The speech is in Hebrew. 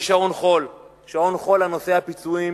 יש שעון חול, שעון חול לנושא הפיצויים,